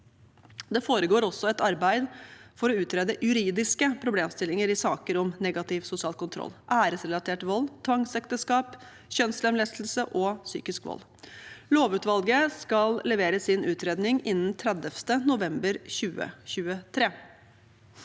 Det foregår også et arbeid for å utrede juridiske problemstillinger i saker om negativ sosial kontroll, æresrelatert vold, tvangsekteskap, kjønnslemlestelse og psykisk vold. Lovutvalget skal levere sin utredning innen 30. november 2023.